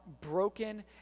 broken